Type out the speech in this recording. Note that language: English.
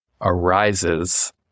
arises